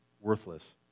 worthless